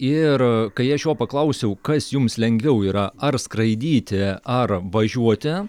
ir kai aš jo paklausiau kas jums lengviau yra ar skraidyti ar važiuoti